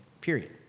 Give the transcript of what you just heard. period